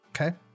Okay